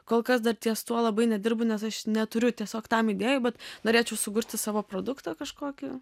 kol kas dar ties tuo labai nedirbu nes aš neturiu tiesiog tam idėjų bet norėčiau sukurti savo produktą kažkokį